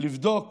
לבדוק